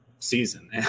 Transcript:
season